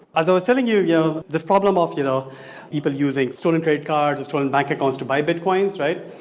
as i was telling you you know this problem of you know people but using stolen credit cards, stolen bank accounts to buy bitcoins right?